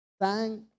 thank